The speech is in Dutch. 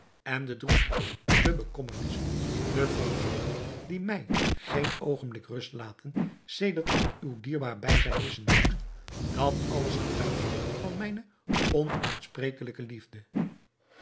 en de droefheid de bekommernissen de folteringen die mij geen oogenblik rust laten sedert ik uw dierbaar bijzijn missen moet dat alles getuigt van mijne onuitsprekelijke liefde